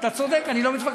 אתה צודק, אני לא מתווכח.